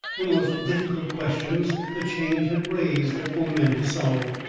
the most difficult questions the change had raised for men to solve.